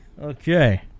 Okay